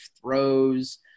throws